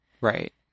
Right